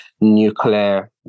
nuclear